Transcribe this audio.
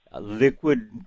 Liquid